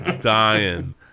dying